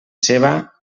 ceba